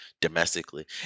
domestically